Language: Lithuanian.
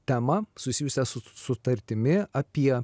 temą susijusią su sutartimi apie